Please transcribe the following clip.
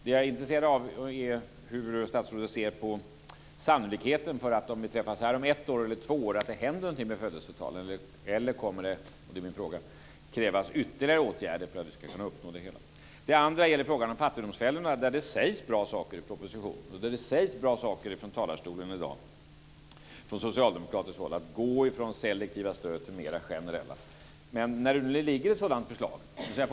Det som jag är intresserad av är hur statsrådet ser på sannolikheten för att det tills vi träffas här om ett eller två år kommer att hända någonting med födelsetalen eller om det kommer att krävas ytterligare åtgärder för att uppnå högre födelsetal. Det andra gäller frågan om fattigdomsfällorna. Det sägs bra saker i propositionen och från talarstolen i dag från socialdemokratiskt håll om att gå från selektiva stöd till mer generella. Men när det nu ligger ett sådant förslag, dvs.